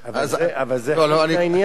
אבל זה חלק מהעניין.